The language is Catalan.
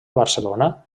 barcelona